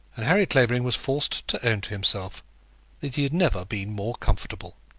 and harry clavering was forced to own to himself that he had never been more comfortable.